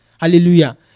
Hallelujah